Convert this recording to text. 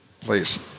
Please